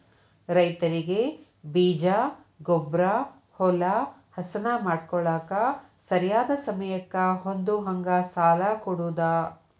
ರೈತರಿಗೆ ಬೇಜ, ಗೊಬ್ಬ್ರಾ, ಹೊಲಾ ಹಸನ ಮಾಡ್ಕೋಳಾಕ ಸರಿಯಾದ ಸಮಯಕ್ಕ ಹೊಂದುಹಂಗ ಸಾಲಾ ಕೊಡುದ